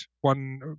one